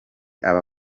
aba